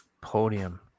Podium